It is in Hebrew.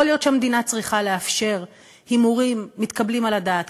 יכול להיות שהמדינה צריכה לאפשר הימורים מתקבלים על הדעת,